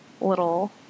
little